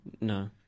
no